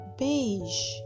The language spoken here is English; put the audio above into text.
beige